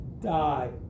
die